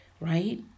right